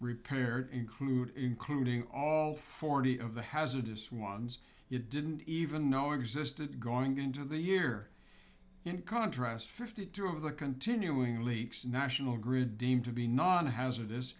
repaired include including all forty of the hazardous ones you didn't even know existed going into the year in contrast fifty two of the continuing leaks national grid deemed to be non hazardous